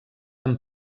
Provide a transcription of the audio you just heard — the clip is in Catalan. amb